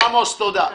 עמוס, תודה.